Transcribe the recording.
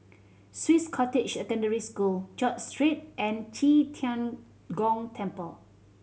Swiss Cottage Secondary School George Street and Qi Tian Gong Temple